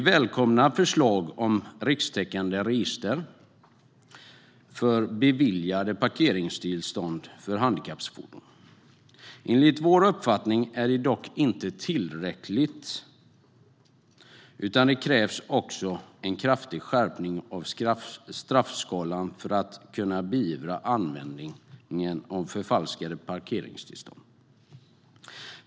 Vi välkomnar förslaget om rikstäckande register för beviljade parkeringstillstånd för handikappfordon. Enligt vår uppfattning är det dock inte tillräckligt, utan det krävs också en kraftig skärpning av straffskalan för att kunna beivra användningen av förfalskade parkeringstillstånd.